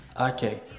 Okay